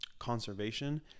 conservation